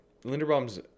Linderbaum's